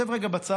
שב רגע בצד,